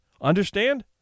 Understand